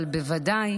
אבל בוודאי